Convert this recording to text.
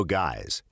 guys